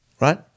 Right